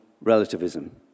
relativism